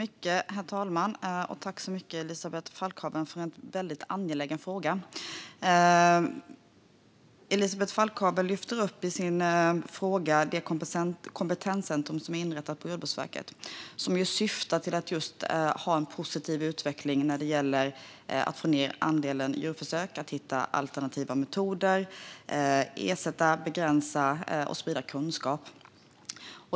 Herr talman! Tack så mycket, Elisabeth Falkhaven, för en väldigt angelägen fråga! Elisabeth Falkhaven lyfter i sin fråga upp det kompetenscentrum som är inrättat på Jordbruksverket, som syftar just till en positiv utveckling när det gäller att få ned andelen djurförsök. Det handlar om att hitta alternativa metoder, att ersätta och begränsa och att sprida kunskap.